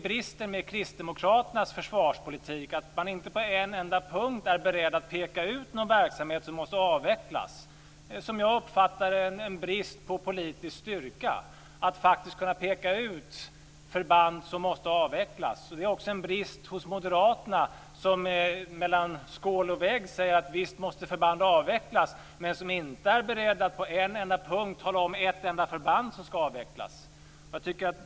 Bristen med kristdemokraternas försvarspolitik är att de inte på en enda punkt är beredda att peka ut någon verksamhet som måste avvecklas. Som jag uppfattar det är det en brist på politisk styrka när det gäller att faktiskt kunna peka ut förband som måste avvecklas. Det är också en brist hos moderaterna, som mellan skål och vägg säger att förband visst måste avvecklas men inte är beredda att nämna ett enda förband som ska avvecklas.